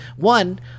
One